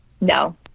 No